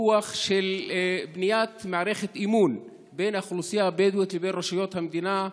רוח של בניית מערכת אמון בין האוכלוסייה הבדואית לבין רשויות המדינה,